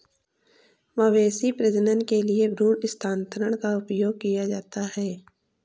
मवेशी प्रजनन के लिए भ्रूण स्थानांतरण का उपयोग किया जाता है